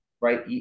Right